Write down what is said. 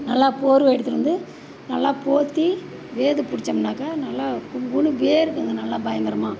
நல்லா போர்வை எடுத்துகிட்டு வந்து நல்லா போர்த்தி வேது பிடிச்சோம்னாக்கா நல்லா கும்முன்னு வேர்க்குங்க நல்லா பயங்கரமாக